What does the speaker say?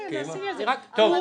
כן, עשינו דיון בנושא.